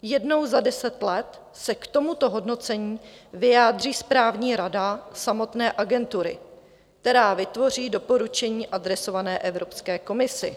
Jednou za deset let se k tomuto hodnocení vyjádří správní rada samotné Agentury, která vytvoří doporučení adresované Evropské komisi.